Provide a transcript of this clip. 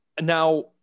now